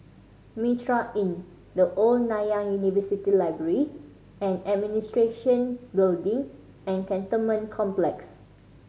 Mitraa Inn The Old Nanyang University Library and Administration Building and Cantonment Complex